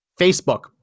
Facebook